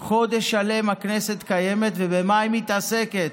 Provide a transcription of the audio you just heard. חודש שלם הכנסת קיימת, ובמה היא מתעסקת?